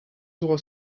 was